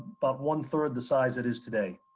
but one third the size it is today.